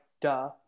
duh